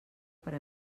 per